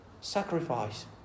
sacrifice